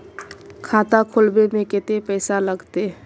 खाता खोलबे में कते पैसा लगते?